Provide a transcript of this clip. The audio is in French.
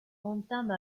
entame